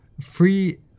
free